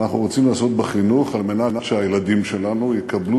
שאנחנו רוצים לעשות בחינוך כדי שהילדים שלנו יקבלו